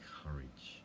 courage